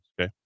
Okay